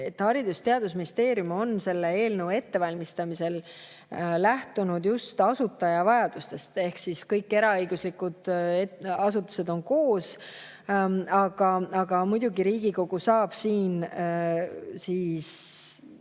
Haridus- ja Teadusministeerium on selle eelnõu ettevalmistamisel lähtunud just asutaja vajadustest. Kõik eraõiguslikud asutused on koos. Aga muidugi Riigikogu saab siin seda